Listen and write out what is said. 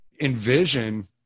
envision